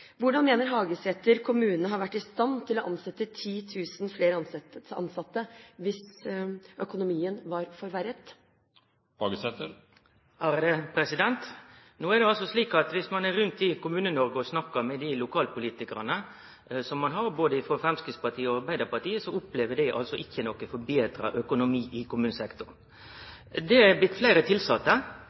Hvordan mener Hagesæter at kommunene har vært i stand til å ansatte 10 000 flere hvis økonomien er forverret? No er det altså slik at om ein er rundt om i Kommune-Noreg og snakkar med lokalpolitikarar, både frå Framstegspartiet og frå Arbeidarpartiet, opplever dei ikkje noko forbetra økonomi i kommunesektoren. Det er blitt